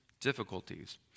difficulties